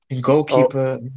Goalkeeper